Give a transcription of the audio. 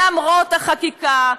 למרות החקיקה,